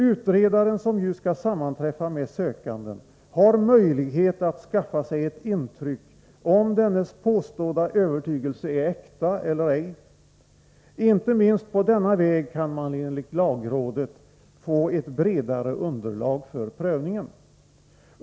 Utredaren, som ju skall sammanträffa med sökanden, har möjlighet att skaffa sig ett intryck av om dennes påstådda övertygelse är äkta eller ej. Inte minst på denna väg kan man enligt lagrådet få ett bredare underlag för prövningen.